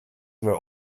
were